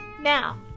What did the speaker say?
now